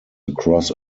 across